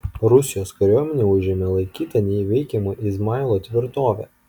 rusijos kariuomenė užėmė laikytą neįveikiama izmailo tvirtovę